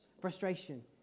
Frustration